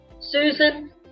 Susan